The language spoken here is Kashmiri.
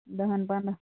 دَہن پَنٛدا